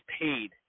paid